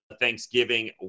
Thanksgiving